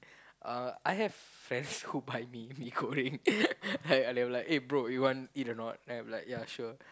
uh I have friends who buy me mee-goreng and I was I was like eh bro you want eat or not then I was like sure